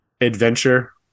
adventure